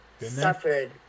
suffered